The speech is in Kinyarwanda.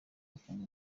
afunga